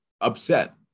upset